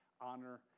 honor